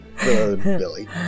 Billy